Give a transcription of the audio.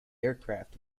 aircraft